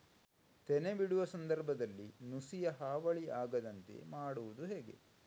ತೆನೆ ಬಿಡುವ ಸಂದರ್ಭದಲ್ಲಿ ನುಸಿಯ ಹಾವಳಿ ಆಗದಂತೆ ಮಾಡುವುದು ಹೇಗೆ?